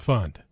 Fund